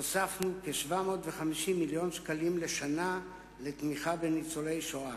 הוספנו כ-750 מיליון שקלים לשנה לתמיכה בניצולי השואה.